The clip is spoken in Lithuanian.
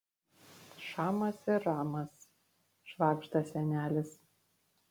šamas ir ramas švagžda senelis